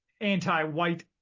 anti-white